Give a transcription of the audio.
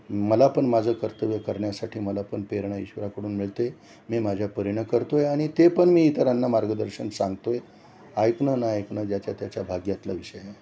मला पण माझं कर्तव्य करण्यासाठी मला पण प्ररणा ईश्वराकडून मिळते मी माझ्या परीनं करतो आहे आणि ते पण मी इतरांना मार्गदर्शन सांगतो आहे ऐकणं ना ऐकणं ज्याच्या त्याच्या भाग्यातला विषय आहे